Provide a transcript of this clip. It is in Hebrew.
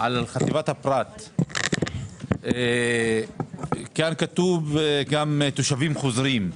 חטיבת הפרט, כאן כתוב גם תושבים חוזרים.